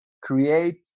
create